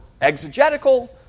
exegetical